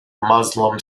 muslim